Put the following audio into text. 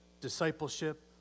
discipleship